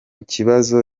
kibazo